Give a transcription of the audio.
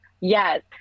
Yes